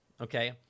Okay